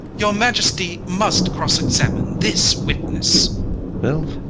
your majesty must cross-examine this witness well,